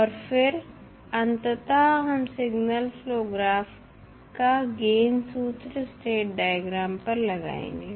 और फिर अंततः हम सिग्नल फ्लो ग्राफ का गेन सूत्र स्टेट डायग्राम पर लगाएंगे